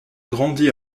grandi